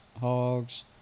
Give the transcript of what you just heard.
hogs